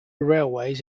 railways